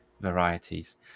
varieties